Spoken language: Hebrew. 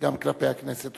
גם כלפי הכנסת.